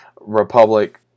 Republic